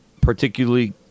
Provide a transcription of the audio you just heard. particularly